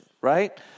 right